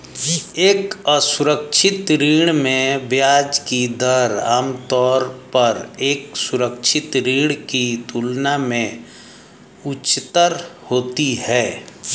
एक असुरक्षित ऋण में ब्याज की दर आमतौर पर एक सुरक्षित ऋण की तुलना में उच्चतर होती है?